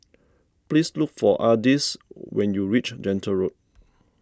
please look for Ardyce when you reach Gentle Road